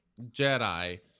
Jedi